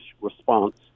response